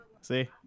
See